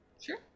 Sure